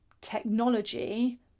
technology